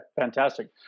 Fantastic